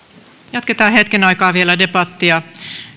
jatketaan hetken aikaa vielä debattia